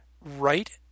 right